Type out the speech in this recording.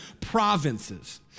provinces